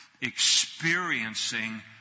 experiencing